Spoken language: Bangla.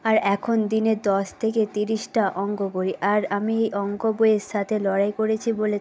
আর এখন দিনে দশ থেকে তিরিশটা অঙ্ক করি আর আমি অঙ্ক বইয়ের সাথে লড়াই করেছি বলে